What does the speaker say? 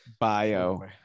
bio